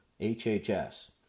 HHS